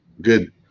good